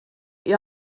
ihr